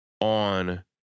on